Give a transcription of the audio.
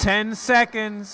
ten seconds